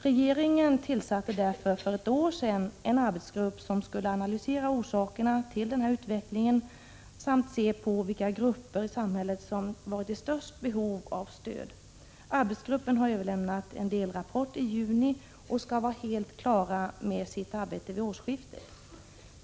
Regeringen tillsatte därför för ett år sedan en arbetsgrupp som skulle analysera orsakerna till den här utvecklingen och se på vilka grupper i samhället som haft det största behovet av stöd. Arbetsgruppen överlämnade en delrapport i juni och skall vara helt klar med sitt arbete vid årsskiftet.